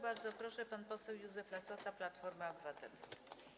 Bardzo proszę, pan poseł Józef Lassota, Platforma Obywatelska.